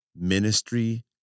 ministry